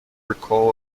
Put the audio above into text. recall